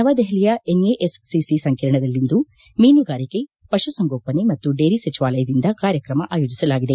ನವದೆಹಲಿಯ ಎನ್ಎಎಸ್ಸಿಸಿ ಸಂಕೀರ್ಣದಲ್ಲಿಂದು ಮೀನುಗಾರಿಕೆ ಪಶು ಸಂಗೋಪನೆ ಮತ್ತು ಡೇರಿ ಸಚಿವಾಲಯದಿಂದ ಕಾರ್ಯಕ್ರಮ ಆಯೋಜಸಲಾಗಿದೆ